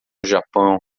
japão